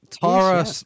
Tara